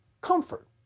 comfort